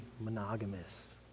monogamous